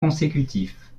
consécutifs